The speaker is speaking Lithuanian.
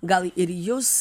gal ir jus